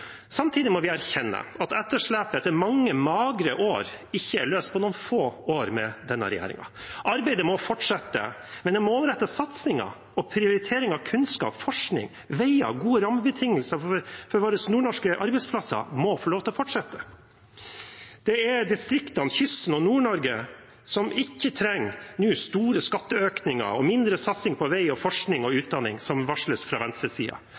Samtidig må vi erkjenne at etterslepet etter mange magre år ikke er løst på noen få år med denne regjeringen. Arbeidet må fortsette. Den målrettede satsingen og prioriteringen av kunnskap, forskning, veier og gode rammebetingelser for våre nordnorske arbeidsplasser må få lov til å fortsette. Det er distriktene, kysten og Nord-Norge som nå ikke trenger store skatteøkninger og mindre satsing på vei og forskning og utdanning, som varsles fra